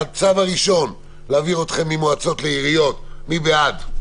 הצו הראשון להעביר אתכם ממועצות לעיריות מי בעד?